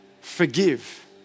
forgive